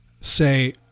say